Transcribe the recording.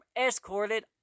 escorted